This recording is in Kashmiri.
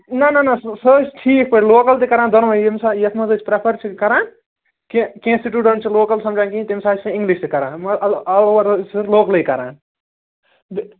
نہ نہ نہ سُہ حظ سُہ حظ ٹھیٖک پٲٹھۍ لوکَل تہِ کَران دۅنوَے ییٚمہِ ساتہٕ یَتھ منٛز أسۍ پرٛیفر چھِ کَران کیٚنٛہہ کیٚنٛہہ سٹوٗڈنٛٹ چھِ لوکَل سَمجان کیٚنٛہہ تَمہِ ساتہٕ چھُ اِنگلِش تہِ کَران مگر آل اووَر حظ چھُ لوکلٕے کَران بےٚ